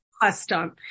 custom